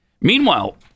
Meanwhile